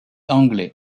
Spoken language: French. anglais